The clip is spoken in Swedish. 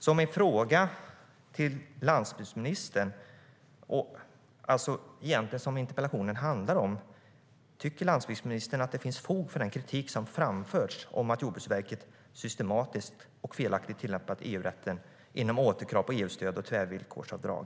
Min fråga till landsbygdsministern gäller det som interpellationen egentligen handlar om: Tycker landsbygdsministern att det finns fog för den kritik som har framförts om att Jordbruksverket systematiskt och felaktigt har tillämpat EU-rätten inom återkrav på EU-stöd och tvärvillkorsavdrag?